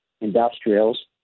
industrials